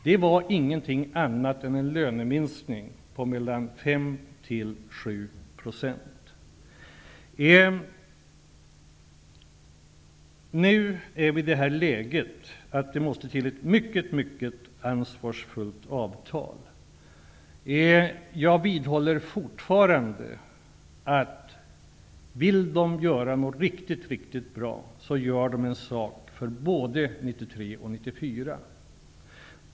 Det var ingenting annat än en löneminskning på mellan 5 och 7 %. Vi är nu i det läget att ett mycket ansvarsfullt avtal måste till. Jag vidhåller fortfarande att om parterna vill åstadkomma någonting riktigt bra skall avtalet gälla för både 1993 och 1994.